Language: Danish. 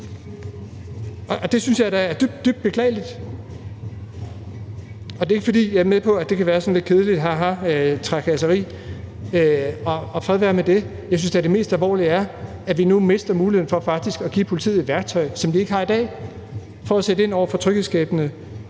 og det synes jeg da er dybt, dybt beklageligt. Jeg er med på, at det kan være sådan lidt kedeligt haha-trakasseri, og fred være med det, men jeg synes da, at det mest alvorlige er, at vi nu mister muligheden for faktisk at give politiet et værktøj, som de ikke har i dag, for at kunne sætte ind over for utryghedsskabende